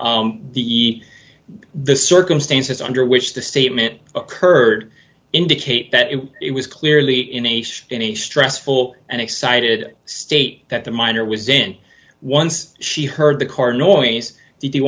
the the circumstances under which the statement occurred indicate that it was clearly in a safe in a stressful and excited state that the minor was in once she heard the car noise